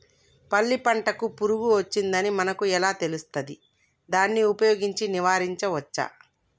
పల్లి పంటకు పురుగు వచ్చిందని మనకు ఎలా తెలుస్తది దాన్ని ఉపయోగించి నివారించవచ్చా?